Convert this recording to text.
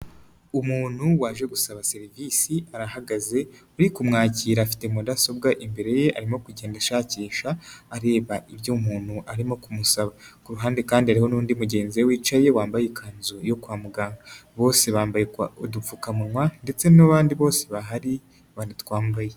Umuntu waje gusaba serivisi arahagaze, uri kumwakira afite mudasobwa imbere ye, arimo kugenda ashakisha areba ibyo umuntu arimo kumusaba. Kuruhande kandi hariho n'undi mugenzi we wicaye wambaye ikanzu yo kwa muganga, bose bambaye udupfukamunwa ndetse n'abandi bose bahari baratwambaye.